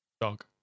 dog